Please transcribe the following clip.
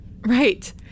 Right